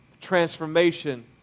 Transformation